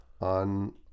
on